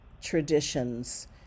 traditions